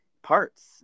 Parts